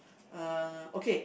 uh okay